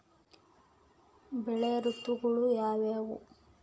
ಬೆಳೆ ಋತುಗಳು ಯಾವ್ಯಾವು?